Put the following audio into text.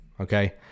okay